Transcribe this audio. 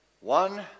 one